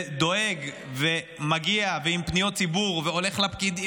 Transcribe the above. ודואג ומגיע עם פניות ציבור והולך לפקידים